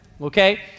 okay